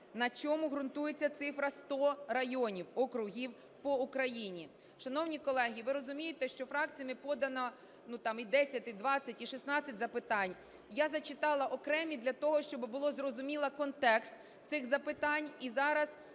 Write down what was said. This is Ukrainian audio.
На чому ґрунтується цифра 100 районів, округів по Україні? Шановні колеги, ви розумієте, що фракціями подано, ну, там і 10, і 20, і 16 запитань. Я зачитала окремі для того, щоб було зрозуміло контекст цих запитань.